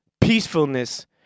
peacefulness